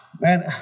Man